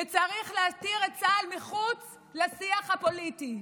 וצריך להסיר את צה"ל מחוץ לשיח הפוליטי.